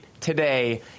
Today